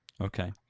Okay